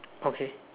okay